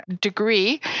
degree